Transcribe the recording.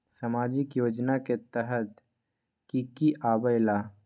समाजिक योजना के तहद कि की आवे ला?